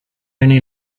only